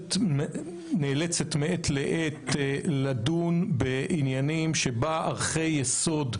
נאלצת מעת לעת לדון בעניינים, כאשר ערכי יסוד,